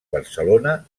barcelona